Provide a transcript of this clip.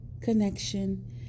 connection